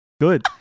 Good